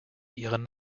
ihren